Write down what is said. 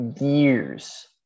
years